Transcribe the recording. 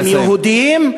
אתם יהודים,